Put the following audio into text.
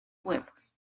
pueblos